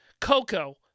Coco